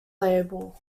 label